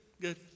good